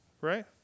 Right